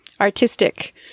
artistic